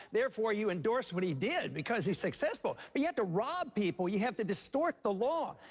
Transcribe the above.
therefore you endorse what he did, because he's successful. but you have to rob people, you have to distort the law.